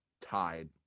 tied